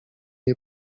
nie